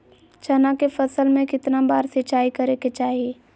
चना के फसल में कितना बार सिंचाई करें के चाहि?